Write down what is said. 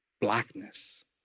blackness